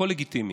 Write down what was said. הכול לגיטימי.